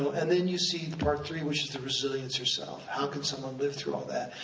and then you see part three, which is the resilience, yourself, how can someone live through all that?